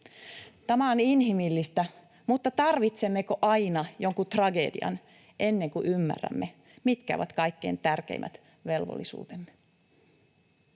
Tämä on inhimillistä. Mutta tarvitsemmeko aina jonkun tragedian ennen kuin ymmärrämme, mitkä ovat kaikkein tärkeimmät velvollisuutemme?